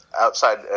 outside